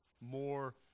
more